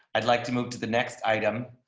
i'd like to move to the next item.